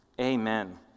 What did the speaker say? Amen